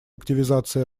активизации